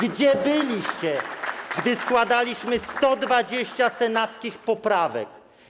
Gdzie byliście, gdy składaliśmy 120 senackich poprawek?